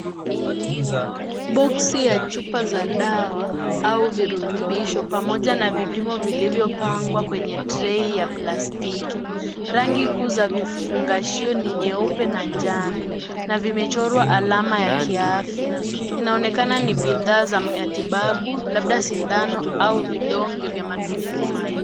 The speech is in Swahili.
Boksi ya chupa za dawa au vurutubisho pamoja na vipimo vilivyo pangwa kwenye trei za plastiki. Rangi kuu za vifungashio na nyeupe na njano. Na vimechorwaalama ya kiafya. Inaonekana ni bidhaa za matibabu, labda sindano au vidonge vya matumizi maalum.